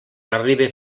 arribe